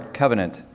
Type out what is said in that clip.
covenant